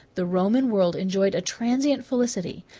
the roman world enjoyed a transient felicity,